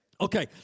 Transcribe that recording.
Okay